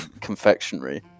confectionery